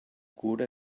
cura